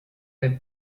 beim